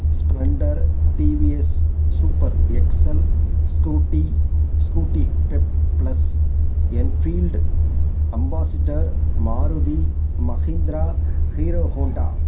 Splendor TVS super XL Scooty Scooty Pep plus Enfield Ambassador Maruti Mahindra Hero Honda